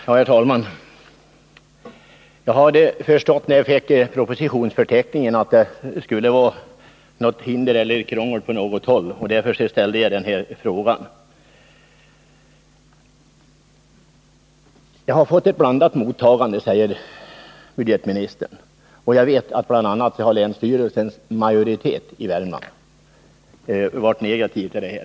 Herr talman! När jag fick propositionsförteckningen förstod jag att det var hinder eller krångel på något håll. och därför framställde jag den här frågan. Förslaget har fått ett blandat mottagande, säger budgetministern. Jag vet att bl.a. en majoritet inom länsstyrelsen i Värmland har varit negativ till det.